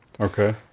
Okay